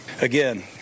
again